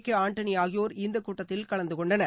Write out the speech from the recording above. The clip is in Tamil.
கேஆண்டனி ஆகியோர் இந்தக் கூட்டத்தில் கலந்து கொண்டனர்